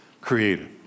created